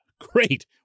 great